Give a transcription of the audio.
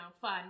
fun